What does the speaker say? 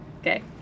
okay